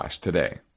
today